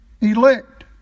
elect